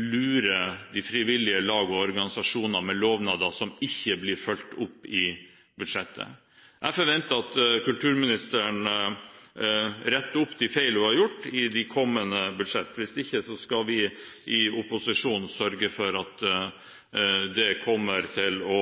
lurer frivillige lag og organisasjoner med lovnader som ikke blir fulgt opp i budsjettet. Jeg forventer at kulturministeren retter opp de feil hun har gjort, i de kommende budsjetter. Hvis ikke skal vi i opposisjonen sørge for at det kommer til å